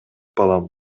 балам